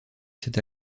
cet